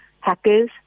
hackers